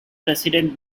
president